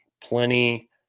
plenty